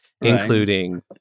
including